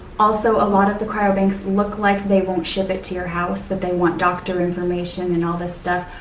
also, a lot of the cryobanks look like they won't ship it to your house, that they want doctor information and all this stuff.